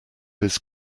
his